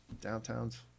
downtown's